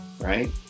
right